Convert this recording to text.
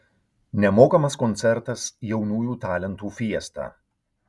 nemokamas koncertas jaunųjų talentų fiesta